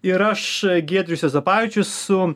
ir aš giedrius juozapavičius su